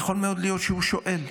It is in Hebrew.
יכול מאוד להיות שהוא שואל.